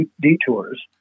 detours